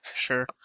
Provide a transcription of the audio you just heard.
Sure